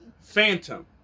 Phantom